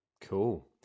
cool